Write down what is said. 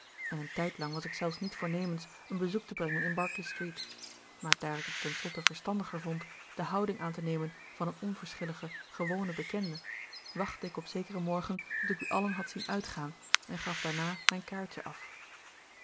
en een tijdlang was ik zelfs niet voornemens een bezoek te brengen in berkeley street maar daar ik het tenslotte verstandiger vond de houding aan te nemen van een onverschilligen gewonen bekende wachtte ik op zekeren morgen tot ik u allen had zien uitgaan en gaf daarna mijn kaartje af